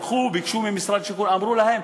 הלכו, ביקשו ממשרד השיכון, אמרו להם: